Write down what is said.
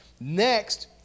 Next